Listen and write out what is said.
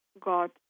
got